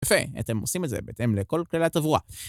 יפה, אתם עושים את זה בהתאם לכל כללי התברואה.